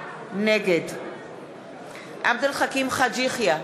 נגד עבד אל חכים חאג' יחיא,